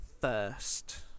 first